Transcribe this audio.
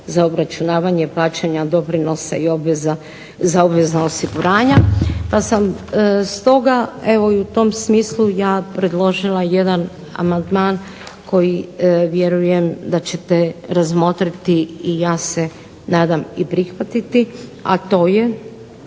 za obračunavanje plaćanja doprinosa i obveza za obvezna osiguranja. Pa sam stoga evo i u tom smislu ja predložila jedan amandman koji vjerujem da ćete razmotriti i ja se nadam i prihvatiti, a to je